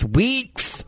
week's